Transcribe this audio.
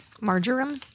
Marjoram